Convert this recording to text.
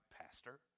pastor